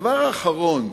הדבר האחרון,